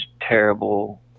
terrible